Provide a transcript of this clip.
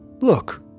Look